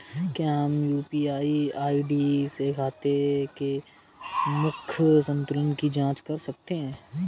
क्या हम UPI ID से खाते के मूख्य संतुलन की जाँच कर सकते हैं?